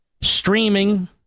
streaming